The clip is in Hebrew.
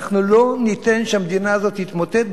אנחנו לא ניתן שהמדינה הזו תתמוטט,